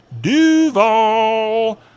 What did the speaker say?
Duval